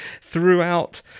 throughout